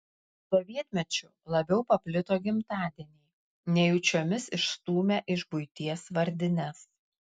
sovietmečiu labiau paplito gimtadieniai nejučiomis išstūmę iš buities vardines